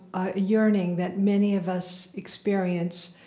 a yearning that many of us experience,